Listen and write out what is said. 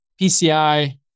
PCI